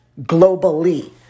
globally